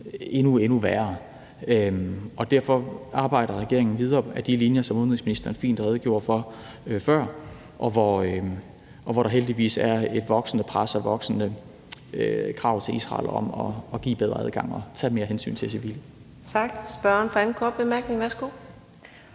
endnu værre. Derfor arbejder regeringen videre ad de linjer, som udenrigsministeren fint redegjorde for før, og hvor der heldigvis er et voksende pres og voksende krav til Israel om at give bedre adgang og tage mere hensyn til civile. Kl. 17:43 Fjerde næstformand (Karina